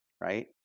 right